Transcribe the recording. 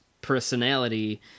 personality